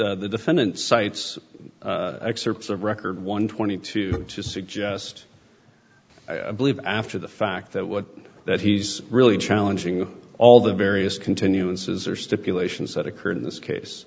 to the defendant cites excerpts of record one twenty two to suggest i believe after the fact that what that he's really challenging all the various continuances or stipulations that occurred in this case